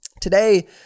today